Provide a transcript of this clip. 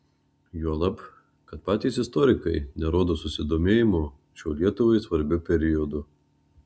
juolab kad patys istorikai nerodo susidomėjimo šiuo lietuvai svarbiu periodu